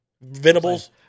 Venables